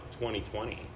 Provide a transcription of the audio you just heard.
2020